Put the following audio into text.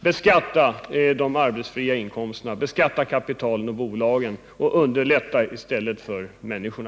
Beskatta de arbetsfria inkomsterna, beskatta kapitalen och bolagen och underlätta för människorna!